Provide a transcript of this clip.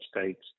States